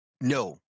no